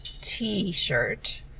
t-shirt